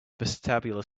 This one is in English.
vestibular